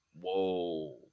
Whoa